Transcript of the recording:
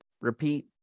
repeat